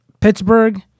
Pittsburgh